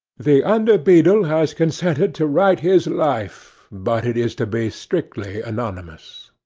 the under-beadle has consented to write his life, but it is to be strictly anonymous.